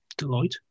Deloitte